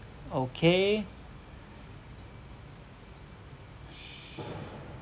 okay